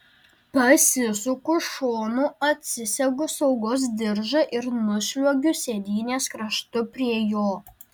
pasisuku šonu atsisegu saugos diržą ir nusliuogiu sėdynės kraštu prie jo